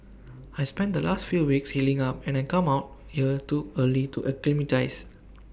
I spent the last few weeks healing up and I come out here to early to acclimatise